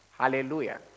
Hallelujah